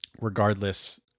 regardless